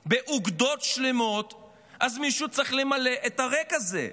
באוגדות שלמות אז מישהו צריך למלא את הריק הזה.